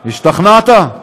השתכנעת?